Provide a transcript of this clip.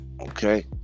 okay